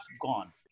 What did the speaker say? gone